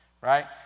Right